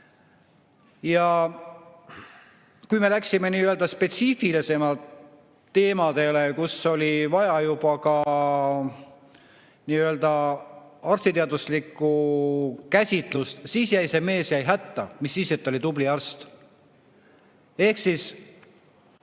Ja kui me läksime üle spetsiifilisematele teemadele, kus oli vaja juba arstiteaduslikku käsitlust, siis jäi see mees hätta, mis siis, et ta oli tubli arst. Ehk siis